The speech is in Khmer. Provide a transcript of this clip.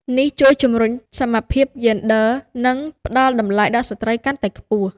នេះជួយជំរុញសមភាពយេនឌ័រ និងផ្តល់តម្លៃដល់ស្ត្រីកាន់តែខ្ពស់។